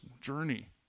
journey